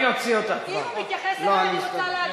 אני רוצה להגיב.